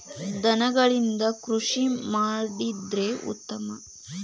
ದನಗಳಿಂದ ಕೃಷಿ ಮಾಡಿದ್ರೆ ಉತ್ತಮ